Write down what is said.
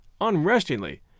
unrestingly